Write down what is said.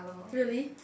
really